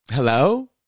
Hello